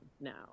now